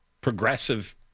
progressive